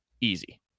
easy